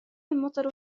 المطر